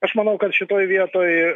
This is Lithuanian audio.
aš manau kad šitoj vietoj